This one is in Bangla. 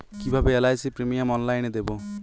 কিভাবে এল.আই.সি প্রিমিয়াম অনলাইনে দেবো?